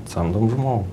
samdom žmogų